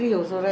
um